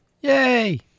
Yay